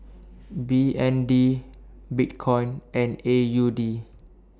B N D Bitcoin and A U D